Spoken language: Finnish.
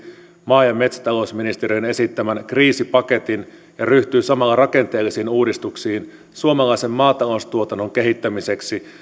maa ja metsätalousministeriön esittämän kriisipaketin ja ryhtyy samalla rakenteellisiin uudistuksiin suomalaisen maataloustuotannon kehittämiseksi ja